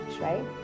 right